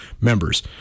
members